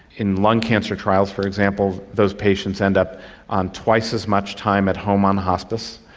in lung cancer trials, for example, those patients and up on twice as much time at home on hospice,